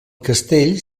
castell